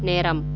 நேரம்